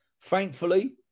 Thankfully